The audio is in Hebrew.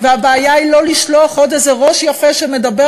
והבעיה היא לא לשלוח עוד איזה ראש יפה שמדבר